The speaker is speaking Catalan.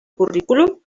currículum